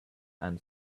and